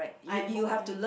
I am who I am